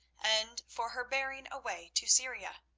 and for her bearing away to syria.